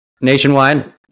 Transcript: nationwide